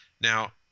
Now